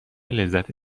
لذت